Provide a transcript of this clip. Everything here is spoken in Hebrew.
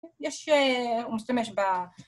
יש, הוא השתמש ב...